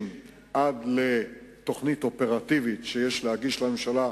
עד לתוכנית אופרטיבית שיש להגיש לממשלה,